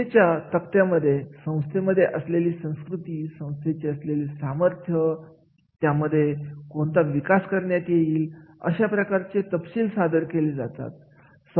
संस्थेच्या तक्त्यामध्ये संस्थेमध्ये असलेली संस्कृती संस्थेचे असलेले सामर्थ्य त्यामध्ये कोणता विकास करण्यात येईल अशा प्रकारचे तपशील सादर केले जातात